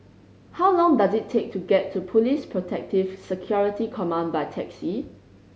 how long does it take to get to Police Protective Security Command by taxi